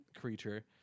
creature